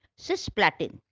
cisplatin